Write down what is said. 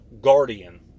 Guardian